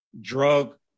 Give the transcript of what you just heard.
drug